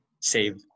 save